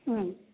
অঁ